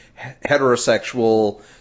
heterosexual